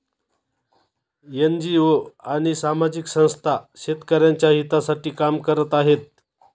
NGO आणि सामाजिक संस्था शेतकऱ्यांच्या हितासाठी काम करत आहेत